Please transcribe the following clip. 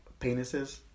penises